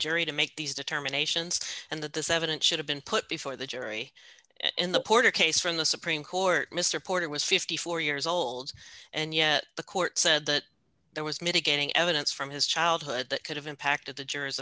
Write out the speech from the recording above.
jury to make these determinations and that the th should have been put before the jury in the porter case from the supreme court mr porter was fifty four years old and yet the court said that there was mitigating evidence from his childhood that could have impact at the jurors